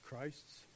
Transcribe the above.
Christs